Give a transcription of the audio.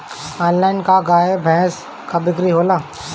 Online का गाय भैंस क बिक्री होला?